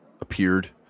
appeared